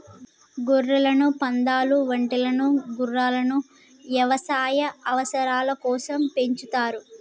గొర్రెలను, పందాలు, ఒంటెలను గుర్రాలను యవసాయ అవసరాల కోసం పెంచుతారు